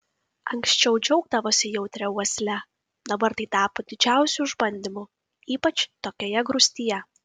anksčiau džiaugdavosi jautria uosle dabar tai tapo didžiausiu išbandymu ypač tokioje grūstyje